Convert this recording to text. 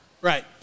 Right